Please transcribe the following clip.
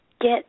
get